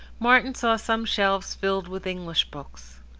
martin saw some shelves filled with english books.